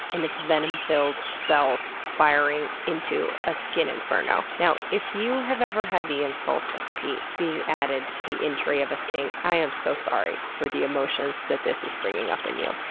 and it's venom filled cells firing into a skin inferno. now, if you have ever had the insult of pee being added to the injury of a sting, i am so sorry for the emotions this is bringing up in you.